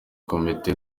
komite